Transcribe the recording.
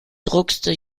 druckste